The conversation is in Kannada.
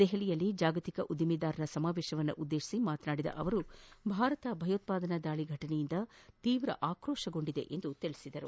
ದೆಹಲಿಯಲ್ಲಿ ಜಾಗತಿಕ ಉದ್ದಿಮೆದಾರರ ಸಮಾವೇಶ ಉದ್ದೇತಿಸಿ ಮಾತನಾಡಿದ ಅವರು ಭಾರತ ಭಯೋತ್ಪಾದನಾ ದಾಳಿ ಘಟನೆಯಿಂದ ತೀವ್ರ ಆಕ್ರೋಶಗೊಂಡಿದೆ ಎಂದು ತಿಳಿಸಿದರು